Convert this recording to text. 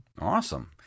awesome